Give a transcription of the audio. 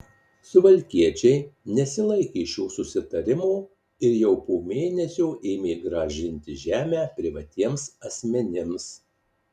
suvalkiečiai nesilaikė šio susitarimo ir jau po mėnesio ėmė grąžinti žemę privatiems asmenims